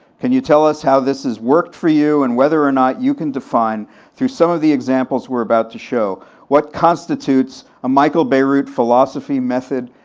can you tell how this has worked for you, and whether or not you can define through some of the examples we're about to show what constitutes a michael bierut philosophy, method,